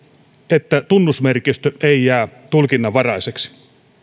että tunnusmerkistö ei jää tulkinnanvaraiseksi